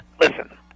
listen